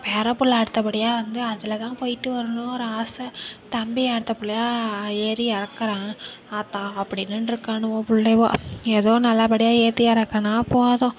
பேரப்புள்ளை அடுத்தபடியாக வந்து அதில் தான் போயிட்டு வரணும் ஒரு ஆசை தம்பி அடுத்த புள்ளையாக ஏறி இறக்கிறேன் ஆத்தா அப்படினுன்ருக்கானுவோ புள்ளைவோ எதோ நல்லபடியாக ஏற்றி இறக்கினா போதும்